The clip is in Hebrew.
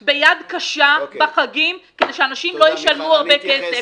קשה בחגים כדי שאנשים לא ישלמו הרבה כסף.